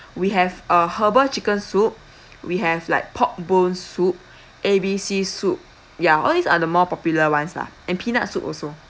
we have a herbal chicken soup we have like pork bone soup A B C soup ya all these are the more popular ones lah and peanut soup also